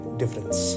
difference